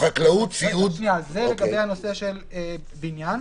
לגבי בניין,